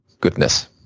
goodness